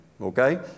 Okay